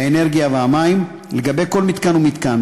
האנרגיה והמים לגבי כל מתקן ומתקן.